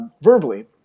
verbally